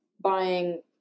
buying